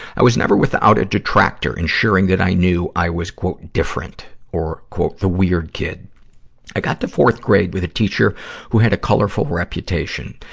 i was never without a distractor, ensuring i knew i was different or the weird kid i got to fourth grade with a teacher who had a colorful reputation.